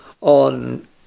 on